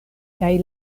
kaj